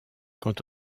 quant